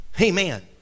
amen